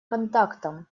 контактам